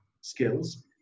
skills